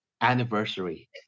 anniversary